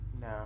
No